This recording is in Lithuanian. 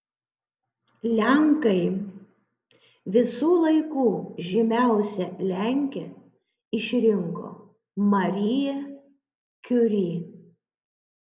lenkai visų laikų žymiausia lenke išrinko mariją kiuri